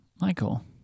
michael